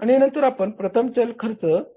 आणि नंतर आपण प्रथम चल खर्च वसूल करण्याचा प्रयत्न करतोत